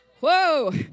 Whoa